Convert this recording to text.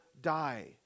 die